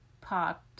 pot